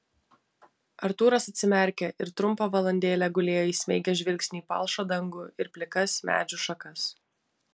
artūras atsimerkė ir trumpą valandėlę gulėjo įsmeigęs žvilgsnį į palšą dangų ir plikas medžių šakas